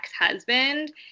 ex-husband